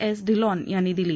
S Dhillon यांनी दिली